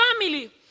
family